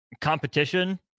competition